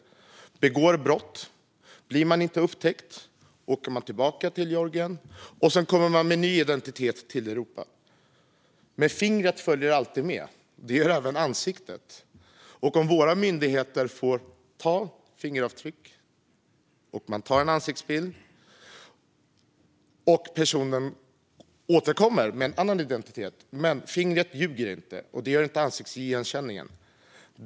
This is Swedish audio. Man begår brott, och blir man inte upptäckt åker man tillbaka till Georgien - och kommer sedan tillbaka till Europa med ny identitet. Fingret följer alltid med, och det gör även ansiktet. Om våra myndigheter får ta fingeravtryck och en ansiktsbild hjälper det inte om personen återkommer med en annan identitet, för fingret och ansiktsigenkänningen ljuger inte.